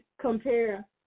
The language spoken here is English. compare